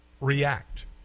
react